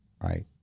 right